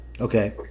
Okay